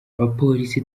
abapolisi